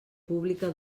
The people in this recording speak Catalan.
pública